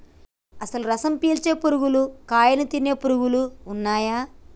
అసలు రసం పీల్చే పురుగులు కాయను తినే పురుగులు ఉన్నయ్యి